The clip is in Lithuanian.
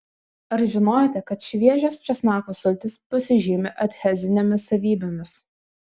ar žinojote kad šviežios česnakų sultys pasižymi adhezinėmis savybėmis